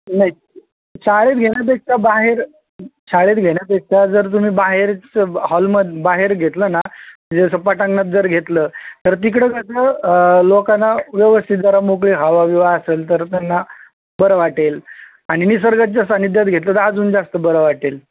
नाही शाळेत घेण्यापेक्षा बाहेर शाळेत घेण्यापेक्षा जर तुम्ही बाहेरच हॉलमध्ये बाहेर घेतलं ना म्हणजे असं पटांगणात जर घेतलं तर तिकडे कसं लोकांना व्यवस्थित जरा मोकळी हवा बिवा असेल तर त्यांना बरं वाटेल आणि निसर्गाच्या सान्निध्यात घेतलं तर अजून जास्त बरं वाटेल